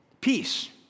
Peace